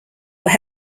were